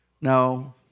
No